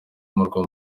murwa